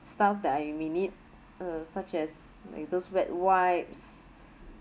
stuff that I may need uh such as like those wet wipes